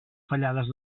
fallades